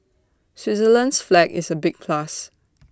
Switzerland's flag is A big plus